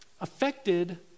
affected